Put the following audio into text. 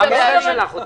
מי שלח אותה?